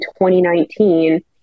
2019